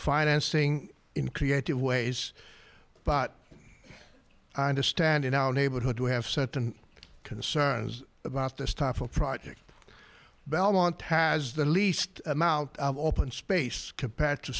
financing in creative ways but i understand in our neighborhood you have certain concerns about this type of project belmont has the least amount of open space compared to